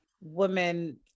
women